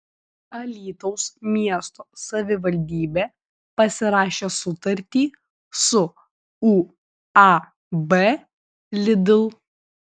alytaus miesto savivaldybė pasirašė sutartį su uab lidl